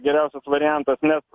geriausias variantas net